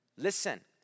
Listen